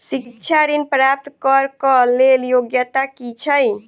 शिक्षा ऋण प्राप्त करऽ कऽ लेल योग्यता की छई?